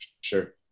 sure